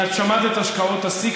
אז שמעת על השקעות השיא,